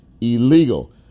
illegal